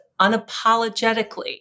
unapologetically